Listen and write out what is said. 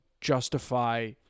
justify